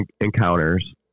encounters